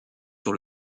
sur